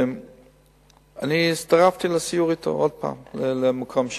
הצטרפתי עוד פעם לסיור אתו שם,